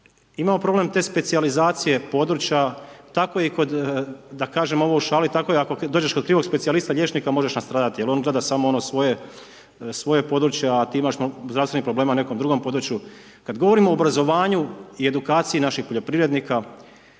imamo problem te specijalizacije područja, tako i da kažem ovo u šali, tako i ako dođeš kod krivog specijalista liječnika, možeš nastradati, jer on gleda samo ono svoje područje, a ti imaš zdravstvenih problema na nekom drugom području. Kada govorimo o obrazovanju i edukaciji naših poljoprivrednika,